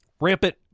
rampant